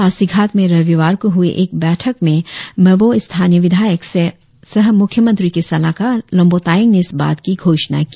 पासीघाट में रविवार को हुए एक बैठक में मेबो विधायक सह मुख्यमंत्री के सलाहकार लोम्बो तायेंग ने इस बात की घोषणा की